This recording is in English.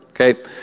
Okay